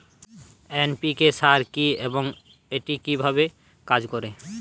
NPK সার কি এবং এটি কিভাবে কাজ করে?